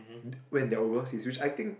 when they overseas which I think